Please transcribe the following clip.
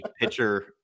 pitcher